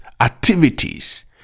activities